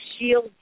shield